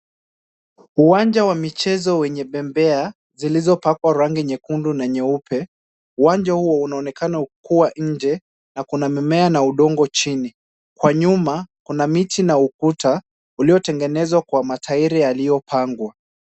Uwanja wa michezo wenye bembea zilizopakwa rangi nyekundu na nyeupe. Uwanja huo unaonekana kuwa nje na kuna mimea na udongo chini. Kwa nyuma, kuna mimea na ukuta uliotengenezwa kwa matairi yaliyopangwa.